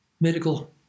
medical